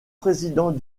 président